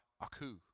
Aku